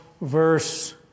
verse